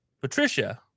Patricia